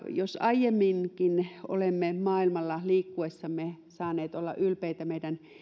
jos aiemminkin olemme maailmalla liikkuessamme saaneet olla ylpeitä meidän